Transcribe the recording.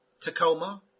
Tacoma